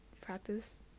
practice